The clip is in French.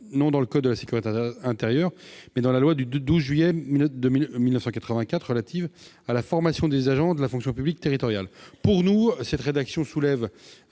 pas dans le code de la sécurité intérieure, mais dans la loi du 12 juillet 1984 relative à la formation des agents de la fonction publique territoriale. Sur le fond, la rédaction proposée